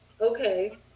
okay